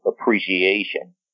appreciation